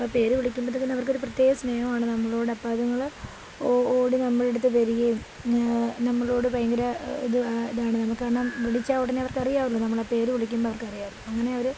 അപ്പം പേര് വിളിക്കുമ്പോഴ്ത്തേക്കിനും അവർക്കൊരു പ്രത്യേക സ്നേഹമാണ് നമ്മളോട് അപ്പം അത്ങ്ങൾ ഓടി നമ്മളടുത്ത് വരുകയും നമ്മളോട് ഭയങ്കര ഇത് ഇതാണ് നമുക്ക് കാരണം വിളിച്ചാൽ ഉടനെ അവർക്കറിയാമല്ലോ നമ്മൾ ആ പേര് വിളിക്കുമ്പം അവർക്ക് അറിയാം അങ്ങനെ അവർ